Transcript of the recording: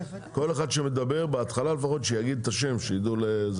כל אחד שמדבר בהתחלה לפחות שיגיד את השם, שידעו.